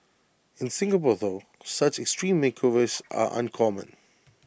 in Singapore though such extreme makeovers are uncommon